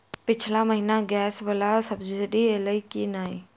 पिछला महीना गैस वला सब्सिडी ऐलई की नहि?